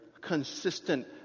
consistent